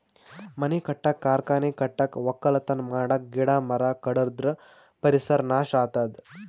ಮನಿ ಕಟ್ಟಕ್ಕ್ ಕಾರ್ಖಾನಿ ಕಟ್ಟಕ್ಕ್ ವಕ್ಕಲತನ್ ಮಾಡಕ್ಕ್ ಗಿಡ ಮರ ಕಡದ್ರ್ ಪರಿಸರ್ ನಾಶ್ ಆತದ್